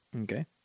Okay